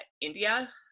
india